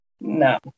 No